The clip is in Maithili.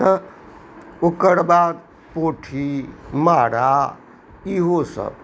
तऽ ओकर बाद पोठी मारा इहो सभ